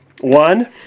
one